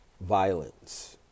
violence